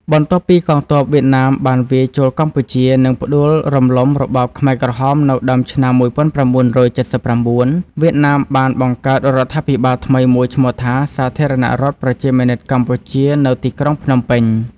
បន្ទាប់ពីកងទ័ពវៀតណាមបានវាយចូលកម្ពុជា និងផ្ដួលរំលំរបបខ្មែរក្រហមនៅដើមឆ្នាំ ១៩៧៩ វៀតណាមបានបង្កើតរដ្ឋាភិបាលថ្មីមួយឈ្មោះថា សាធារណរដ្ឋប្រជាមានិតកម្ពុជា នៅទីក្រុងភ្នំពេញ ។